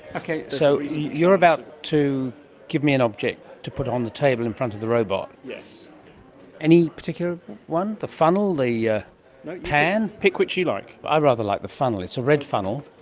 so you are about to give me an object to put on the table in front of the robot. any particular one? the funnel, the yeah pan? pick which you like. i rather like the funnel, it's a red funnel.